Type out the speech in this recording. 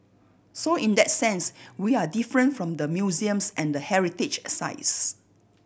so in that sense we are different from the museums and the heritage a sites